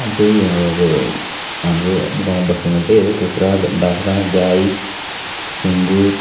त्यही अब हाम्रो गाउँ बस्तीमा त्यही हो कुखरा बाख्रा गाई सुँगुर